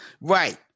Right